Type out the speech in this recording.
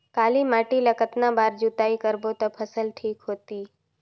काली माटी ला कतना बार जुताई करबो ता फसल ठीक होती?